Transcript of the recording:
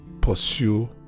pursue